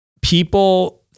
people